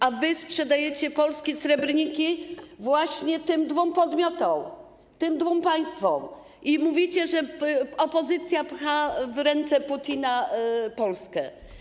A wy sprzedajecie polskie srebrniki właśnie tym dwóm podmiotom, tym dwóm państwom i mówicie, że opozycja pcha w ręce Putina Polskę.